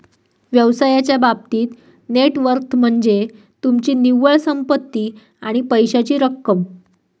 व्यवसायाच्या बाबतीत net worth म्हनज्ये तुमची निव्वळ संपत्ती आणि पैशाची रक्कम